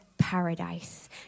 paradise